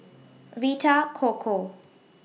Vita Coco